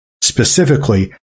specifically